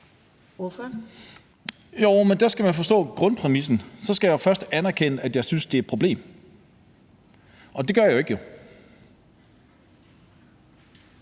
Mathiesen (NB): Der skal man forstå grundpræmissen. Altså, så skal jeg først anerkende, at det er et problem, og det gør jeg jo ikke.